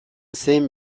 zen